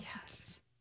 Yes